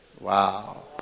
Wow